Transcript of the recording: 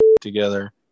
together